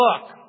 look